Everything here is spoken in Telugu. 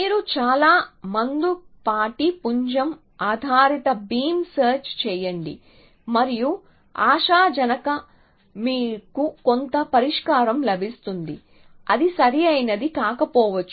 మీరు చాలా మందపాటి పుంజం ఆధారిత బీమ్ సెర్చ్ చేయండి మరియు ఆశాజనక మీకు కొంత పరిష్కారం లభిస్తుంది అది సరైనది కాకపోవచ్చు